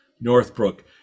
Northbrook